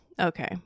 Okay